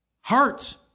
hearts